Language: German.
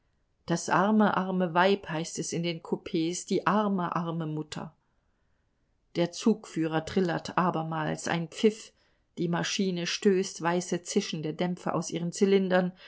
das arme arme weib heißt es in den kupees die arme arme mutter der zugführer trillert abermals ein pfiff die maschine stößt weiße zischende dämpfe aus ihren zylindern